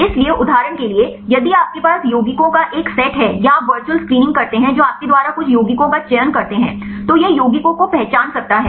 इसलिए उदाहरण के लिए यदि आपके पास यौगिकों का एक सेट है या आप वर्चुअल स्क्रीनिंग करते हैं जो आपके द्वारा कुछ यौगिकों का चयन करते हैं तो यह यौगिकों को पहचान सकता है